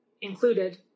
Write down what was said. included